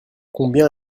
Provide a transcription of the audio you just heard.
combien